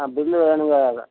ஆ bill வேணுங்க